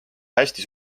hästi